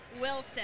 Wilson